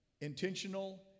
Intentional